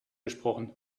gesprochen